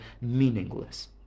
meaningless